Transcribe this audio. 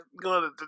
God